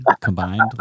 combined